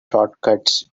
shortcuts